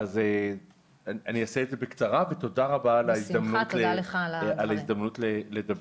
תודה רבה על ההזדמנות לדבר.